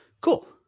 Cool